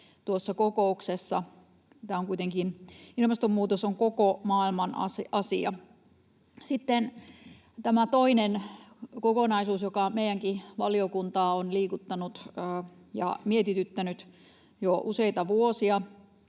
tuossa kokouksessa. Tämä ilmastonmuutos on kuitenkin koko maailman asia. Sitten tämä toinen kokonaisuus, joka meidänkin valiokuntaa on liikuttanut ja mietityttänyt jo useita vuosia,